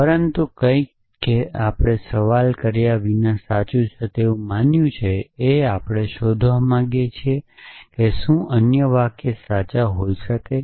પરંતુ કંઈક કે જે આપણે સવાલ કર્યા વિના સાચું છે તેવું માન્યું છે એ છે કે આપણે તે શોધવા માંગીએ છીએ કે શું અન્ય વાક્યો સાચા હોઈ શકે છે